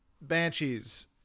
Banshees